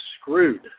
screwed